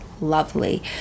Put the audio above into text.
Lovely